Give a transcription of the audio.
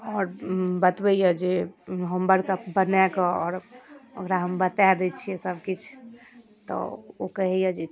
आओर बतबैए जे होमवर्क बनाकऽ आओर ओकरा हम बता दै छिए सबकिछु तऽ ओ कहैए जे